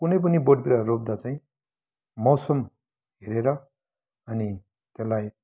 कुनै पनि बोट बिरुवा रोप्दा चाहिँ मौसम हेरेर अनि त्यसलाई